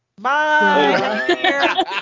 Bye